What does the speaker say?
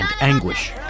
anguish